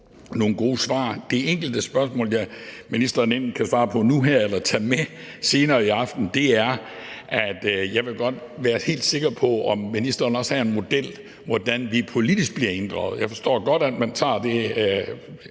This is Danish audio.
nogle gode svar. Et enkelt spørgsmål, ministeren enten kan svare på nu her eller tage med senere i aften, er: Jeg vil godt være helt sikker på, at ministeren også har en model for, hvordan vi politisk bliver inddraget. Jeg forstår godt, at man tager det